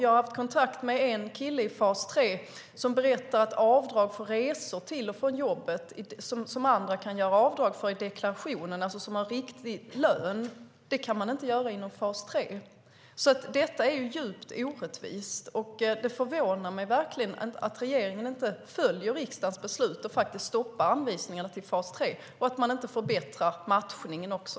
Jag har haft kontakt med en kille i fas 3 som berättade att resor till och från jobbet, som de som har riktig lön kan göra avdrag för i deklarationen, inte kan göras avdrag för om man är i fas 3. Detta är alltså djupt orättvist, och det förvånar mig verkligen att regeringen inte följer riksdagens beslut och faktiskt stoppar anvisningarna till fas 3 och inte förbättrar matchningen också.